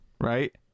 right